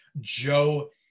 Joe